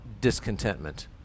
discontentment